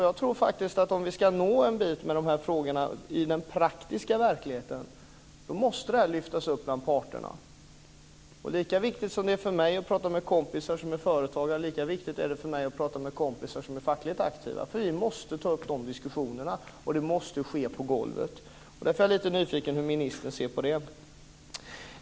Jag tror faktiskt att om vi ska nå en bit med de här frågorna i den praktiska verkligheten måste de lyftas upp bland parterna. Lika viktigt som det är för mig att prata med kompisar som är företagare, lika viktigt är det att prata med kompisar som är fackligt aktiva. Vi måste ta upp de diskussionerna, och det måste ske på golvet. Därför är jag lite nyfiken på hur ministern ser på det.